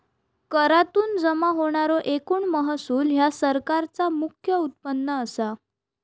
करातुन जमा होणारो एकूण महसूल ह्या सरकारचा मुख्य उत्पन्न असा